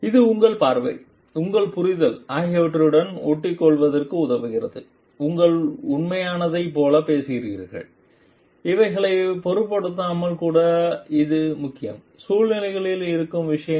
இது உங்கள் பார்வை உங்கள் புரிதல் ஆகியவற்றுடன் ஒட்டிக்கொள்வதற்கு உதவுகிறது நீங்கள் உண்மையானதைப் போல இருக்கிறீர்கள் இவைகளைப் பொருட்படுத்தாமல் கூட இது முக்கியம் சூழ்நிலைகளில் இருக்கும் விஷயங்கள்